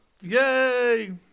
Yay